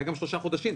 היו גם שלושה חודשים,